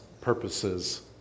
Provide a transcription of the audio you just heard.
purposes